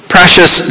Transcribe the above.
Precious